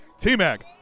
T-Mac